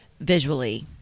visually